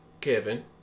Kevin